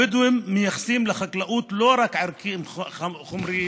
הבדואים מייחסים לחקלאות לא רק ערכים חומריים,